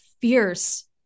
fierce